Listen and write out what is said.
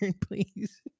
please